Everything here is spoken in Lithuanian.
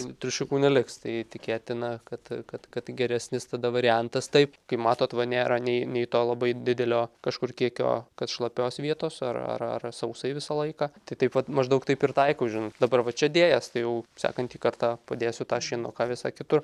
triušiukų neliks tai tikėtina kad kad kad geresnis tada variantas taip kaip matot va nėra nei nei to labai didelio kažkur kiekio kad šlapios vietos ar ar ar sausai visą laiką tai taip vat maždaug taip ir taikau žinot dabar va čia dėjęs tai jau sekantį kartą padėsiu tą šienuką visai kitur